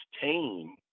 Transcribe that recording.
team